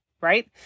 right